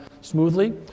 smoothly